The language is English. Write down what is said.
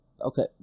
okay